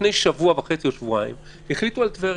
לפני שבוע וחצי או שבועיים החליטו על טבריה,